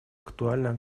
актуальна